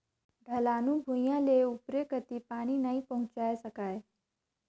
ढलानू भुइयां ले उपरे कति पानी नइ पहुचाये सकाय